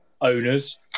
owners